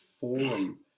forum